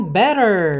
better